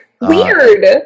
Weird